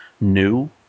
new